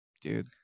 dude